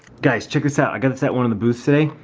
guys, check this out, i got this at one of the booths today.